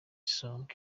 song